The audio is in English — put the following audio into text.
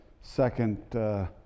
second